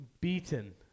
beaten